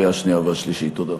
תודה.